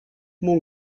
mon